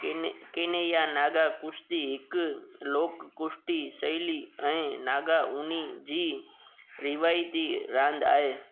किन केने या नागा कुश्ती हिकु लोक कुश्ती शैली ऐं नागाउनि जी रिवाइती रांदि आहे